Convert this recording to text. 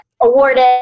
awarded